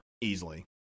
Easily